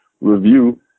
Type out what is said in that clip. Review